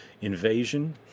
invasion